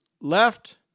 left